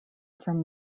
from